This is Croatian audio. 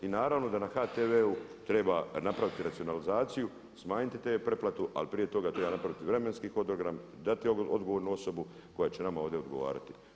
Naravno da na HTV-u treba napraviti racionalizaciju, smanjiti tv pretplatu ali prije toga treba napraviti vremenski hodogram, dati odgovornu osobu koja će nama ovdje odgovarati.